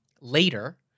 Later